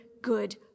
good